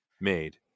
made